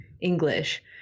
English